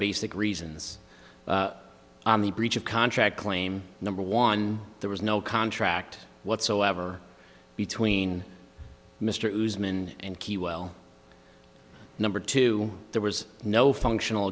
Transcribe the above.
basic reasons on the breach of contract claim number one there was no contract whatsoever between mr uzma and key well number two there was no functional